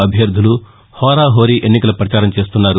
అభ్యర్థులు హోరాహోరి ఎన్నికల పచారం చేస్తున్నారు